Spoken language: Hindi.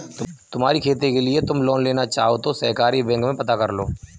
तुम्हारी खेती के लिए तुम लोन लेना चाहो तो सहकारी बैंक में पता करलो